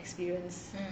experience